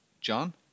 John